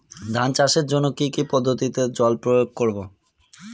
ধান চাষের জন্যে কি কী পদ্ধতিতে জল প্রয়োগ করব?